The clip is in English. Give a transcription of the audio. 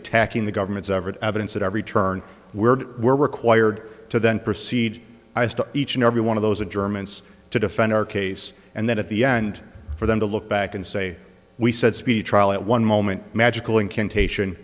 attacking the government's every evidence at every turn were they were required to then proceed to each and every one of those or germans to defend our case and then at the end for them to look back and say we said speedy trial at one moment magical incantation